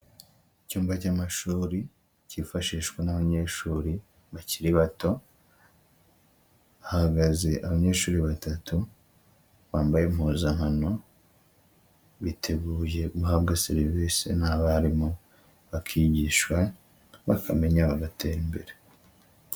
Icyumba cy'amashuri kifashishwa n'abanyeshuri bakiri bato, hahagaze abanyeshuri batatu bambaye impuzankano, biteguye guhabwa serivisi n'abarimu bakigishwa bakamenya bagatera imbere.